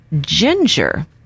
ginger